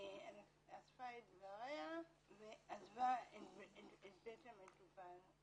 אספה את דבריה ועזבה את בית המטופל.